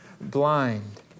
blind